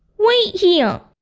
wait here!